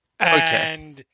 Okay